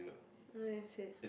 what you have said